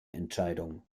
entscheidung